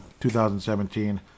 2017